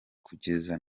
kugeza